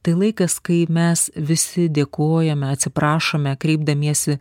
tai laikas kai mes visi dėkojame atsiprašome kreipdamiesi